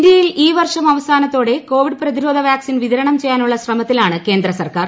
ഇന്ത്യയിൽ ഈ വർഷം അവസാനത്തോടെ കോവിഡ് പ്രതിരോധ വാക്സിൻ വിതരണം ചെയ്യാനുള്ള ശ്രമത്തിലാണ് കേന്ദ്ര സർക്കാർ